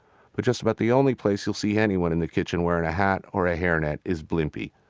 but just about the only place you'll see anyone in the kitchen wearing a hat or a hairnet is blimpie.